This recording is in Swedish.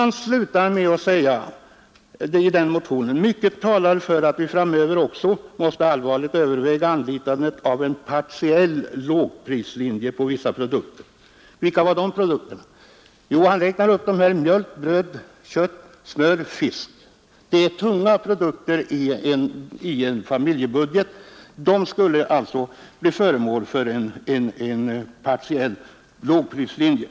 Ni säger där: ”Mycket talar för att vi framöver också måste allvarligt överväga anlitandet av partiell lågprislinje på vissa produkter.” Vilka produkter då? Jo, dem har ni räknat upp: mjölk, bröd, kött, smör, fisk. Det är tunga produkter i en familjebudget. De skulle alltså bli föremål för en partiell lågprislinje.